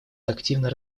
активно